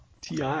ti